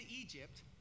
Egypt